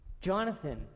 Jonathan